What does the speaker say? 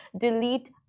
delete